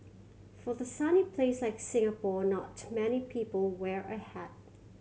for the sunny place like Singapore not many people wear a hat